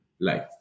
life